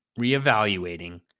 reevaluating